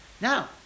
Now